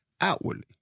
outwardly